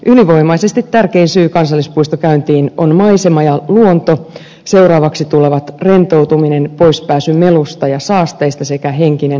ylivoimaisesti tärkein syy kansallispuistokäyntiin on maisema ja luonto seuraavaksi tulevat rentoutuminen poispääsy melusta ja saasteista sekä henkinen hyvinvointi